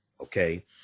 okay